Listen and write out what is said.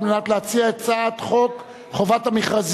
לוועדת הפנים ואיכות הסביבה על מנת להכינה לקריאה